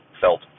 felt